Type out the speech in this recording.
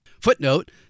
Footnote